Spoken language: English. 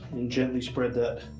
and gently spread that